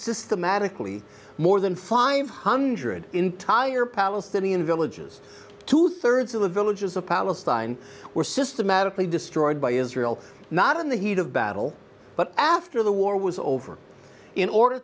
systematically more than five hundred entire palestinian villages two thirds of the villages of palestine were systematically destroyed by israel not in the heat of battle but after the war was over in order